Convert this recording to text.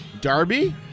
Darby